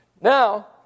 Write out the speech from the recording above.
Now